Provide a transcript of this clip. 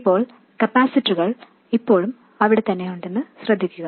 ഇപ്പോൾ കപ്പാസിറ്ററുകൾ ഇപ്പോഴും ഇവിടെ തന്നെയുണ്ടെന്ന് ശ്രദ്ധിക്കുക